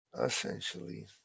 essentially